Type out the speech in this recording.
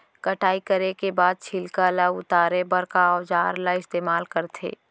कटाई करे के बाद छिलका ल उतारे बर का औजार ल इस्तेमाल करथे?